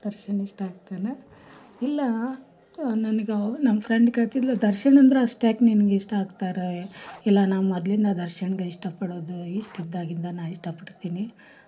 ದರ್ಶನ್ ಇಷ್ಟ ಆಗ್ತಾನೆ ಇಲ್ಲ ನನಗವ ನಮ್ಮ ಫ್ರೆಂಡ್ ಕೇಳ್ತಿದ್ಳು ದರ್ಶನ್ ಅಂದ್ರೆ ಅಶ್ಟು ಯಾಕೆ ನಿನ್ಗೆ ಇಷ್ಟ ಆಗ್ತಾರೆ ಇಲ್ಲ ನಾ ಮೊದಲಿಂದ ದರ್ಶನ್ಗೆ ಇಷ್ಟಪಡೋದು ಇಶ್ಟು ಇದ್ದಾಗಿಂದ ನಾ ಇಷ್ಟಪಡ್ತೀನಿ